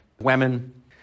women